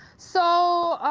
so